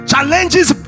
Challenges